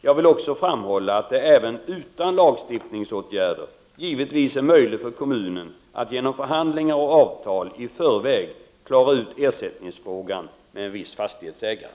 Jag vill också framhålla att det även utan lagstiftningsåtgärder givetvis är möjligt för kommunen att genom förhandlingar och avtal i förväg klara ut ersättningsfrågan med en viss fastighetsägare.